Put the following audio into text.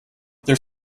there